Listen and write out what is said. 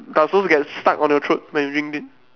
does it also get stuck on your throat when you drink it